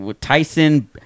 Tyson